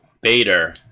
Bader